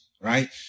right